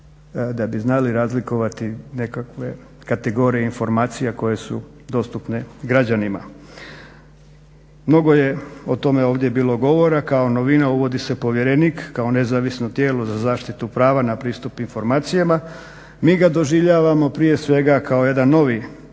da bi znali razlikovati nekakve kategorije informacija koje su dostupne građanima. Mnogo je o tome ovdje bilo govora, kako novina uvodi se povjerenik kako nezavisno tijelo za zaštitu prava na pristup informacijama. Mi ga doživljavamo prije svega kako jedan novi i osnovni